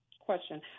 question